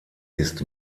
ist